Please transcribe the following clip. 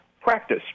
practice